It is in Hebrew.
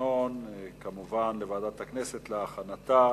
לוועדת הכנסת נתקבלה.